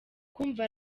kumva